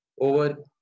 Over